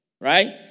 right